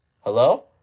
Hello